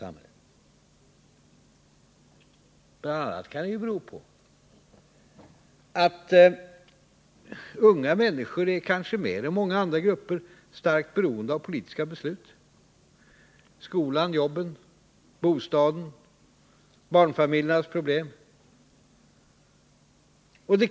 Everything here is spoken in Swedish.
Nedgången kan bl.a. bero på att unga människor mer än många andra grupper är starkt beroende av politiska beslut. Det gäller skolan, jobben, bostäderna och barnfamiljernas problem.